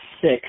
six